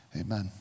Amen